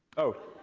oh.